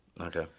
Okay